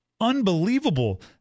unbelievable